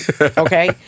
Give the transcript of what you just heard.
Okay